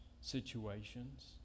situations